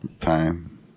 time